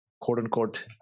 quote-unquote